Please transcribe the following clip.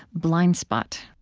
blind spot